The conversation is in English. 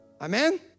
Amen